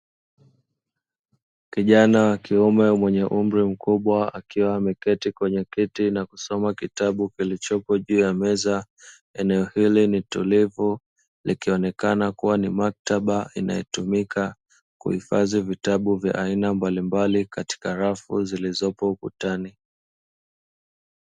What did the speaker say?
Kijana wakiume mwenye umri mkubwa akiwa ameketi kwenye kiti na kusoma kitabu kilichopo juu ya meza, Eneo hili nitulivu likionekana kuwa nimaktaba inayo tumika kuhifadhi vitabu vya aina mbalimbali katika rafu zilizopo ukutani.